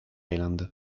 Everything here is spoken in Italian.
island